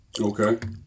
Okay